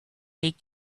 make